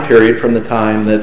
period from the time that